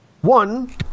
One